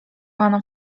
pana